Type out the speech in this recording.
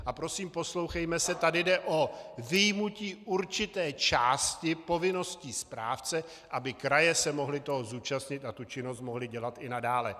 A prosím, poslouchejme se, tady jde o vyjmutí určité části povinností správce, aby kraje se mohly toho zúčastnit a tu činnost mohly dělat i nadále.